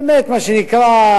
באמת, מה שנקרא,